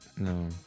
No